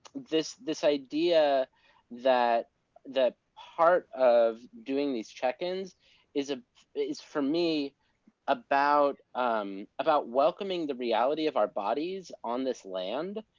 this this idea that part of doing these check-ins is ah is for me about um about welcoming the reality of our bodies on this land